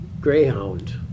Greyhound